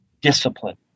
discipline